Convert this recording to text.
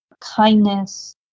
kindness